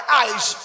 eyes